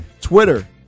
Twitter